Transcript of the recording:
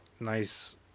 Nice